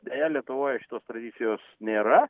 deja lietuvoj šitos tradicijos nėra